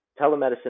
telemedicine